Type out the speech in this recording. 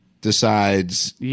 decides